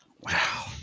Wow